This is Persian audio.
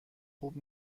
خوب